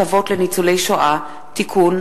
הצעת חוק הטבות לניצולי שואה (תיקון,